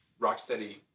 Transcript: Rocksteady